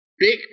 big